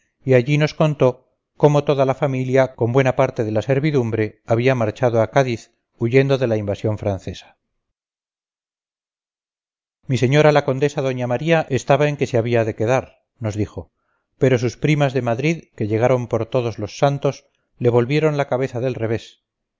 y allí nos contó cómo toda la familia con buena parte de la servidumbre había marchado a cádiz huyendo de la invasión francesa mi señora la condesa doña maría estaba en que se había de quedar nos dijo pero sus primas de madrid que llegaron por todos los santos le volvieron la cabeza del revés